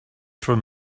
from